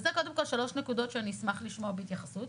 אלה קודם כול שלוש נקודות שאני אשמח לשמוע התייחסות.